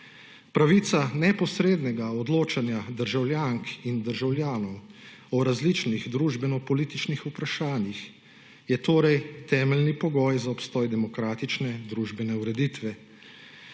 Pravica neposrednega odločanja državljank in državljanov o različnih družbenopolitičnih vprašanjih je torej temeljni pogoj za obstoj demokratične družbene ureditve